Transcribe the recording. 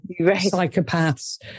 psychopaths